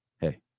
Hey